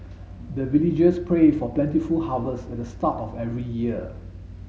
the villagers pray for plentiful harvest at the start of every year